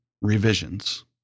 revisions